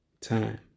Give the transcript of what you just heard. time